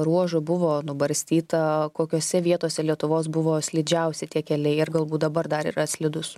ruožų buvo nubarstyta kokiose vietose lietuvos buvo slidžiausi tie keliai ir galbūt dabar dar yra slidūs